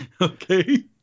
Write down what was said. Okay